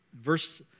Verse